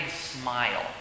smile